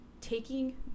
taking